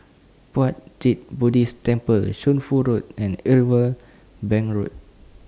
Puat Jit Buddhist Temple Shunfu Road and Irwell Bank Road